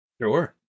Sure